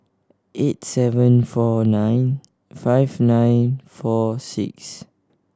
eight seven four nine five nine four six